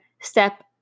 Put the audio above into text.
step